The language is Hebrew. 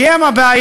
כי הם הבעיה.